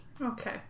Okay